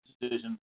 decision